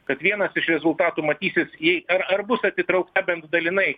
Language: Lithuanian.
kad vienas iš rezultatų matysis jei ar ar bus atitraukta bent dalinai